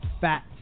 Fat